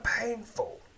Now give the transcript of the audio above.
painful